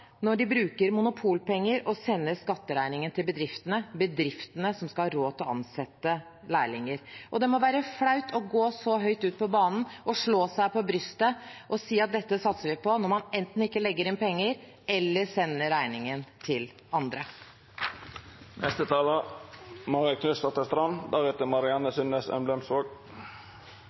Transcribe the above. når de bruker Monopol-penger og sender skatteregningen til bedriftene, bedriftene som skal ha råd til å ansette lærlinger. Det må være flaut å gå så høyt på banen, slå seg på brystet og si at dette satser vi på, når man enten ikke legger inn penger, eller sender regningen til andre.